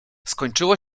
skończyło